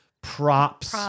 props